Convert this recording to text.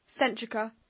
Centrica